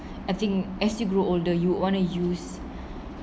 I think as you grow older you want to use